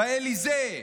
באליזה.